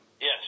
Yes